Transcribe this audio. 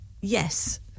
Yes